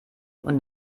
und